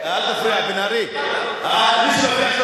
עכשיו?